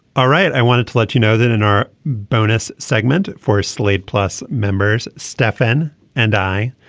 all right i wanted to let you know that in our bonus segment for slate plus members stefan and i.